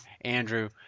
Andrew